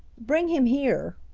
bring him here.